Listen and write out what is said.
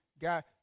God